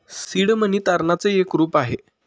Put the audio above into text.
seed money तारणाच एक रूप आहे